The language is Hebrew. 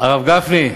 הרב גפני,